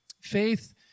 Faith